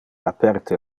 aperte